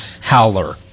Howler